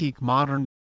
Modern